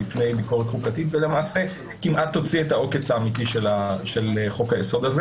מפני ביקורת חוקתית ולמעשה כמעט תוציא את העוקץ האמיתי של חוק היסוד הזה